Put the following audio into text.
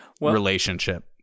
relationship